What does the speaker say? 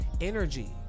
energy